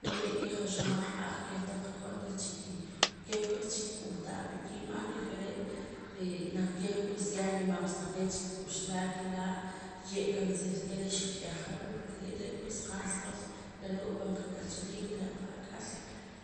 Niye' keh joxomaj aj keh taq ak'on reh chiki keh pues chikik'uh taa pa kiib' ar y je're' ree' naq keh pues ya nimaq cha taqee' chi kik'uxlaa ke laa' ye' kansil keh reh xi'k'eja porque re' re' pues qaansb'al laloo' pan qak'achariik reh qa'ak'al